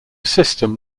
system